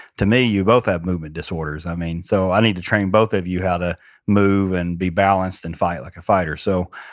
to me, you both have movement disorders. i mean, so i need to train both of you how to move and be balanced and fight like a fighter. so,